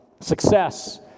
Success